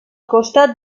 costat